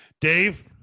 Dave